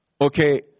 Okay